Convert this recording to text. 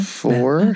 four